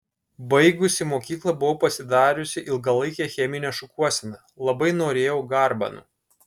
baigusi mokyklą buvau pasidariusi ilgalaikę cheminę šukuoseną labai norėjau garbanų